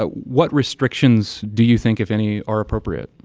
ah what restrictions do you think, if any, are appropriate?